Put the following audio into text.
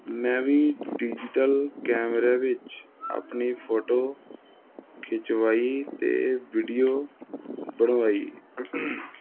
ਮੈਂ ਵੀ ਡਿਜੀਟਲ ਕੈਮਰਿਆਂ ਵਿੱਚ ਆਪਣੀ ਫੋਟੋ ਖਿਚਵਾਈ ਅਤੇ ਵੀਡੀਓ ਬਣਵਾਈ